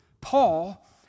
Paul